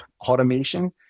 automation